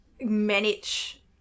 manage